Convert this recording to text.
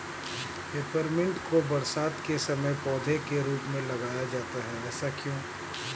Peppermint को बरसात के समय पौधे के रूप में लगाया जाता है ऐसा क्यो?